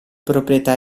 proprietà